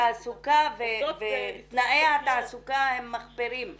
התעסוקה ותנאי התעסוקה הם מחפירים בעיניי,